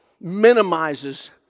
minimizes